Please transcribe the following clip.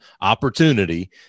opportunity